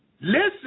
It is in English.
listen